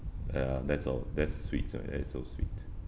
ya that's all that's sweet right that is so sweet